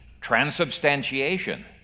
transubstantiation